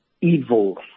evil